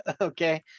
Okay